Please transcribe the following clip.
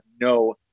no